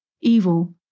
evil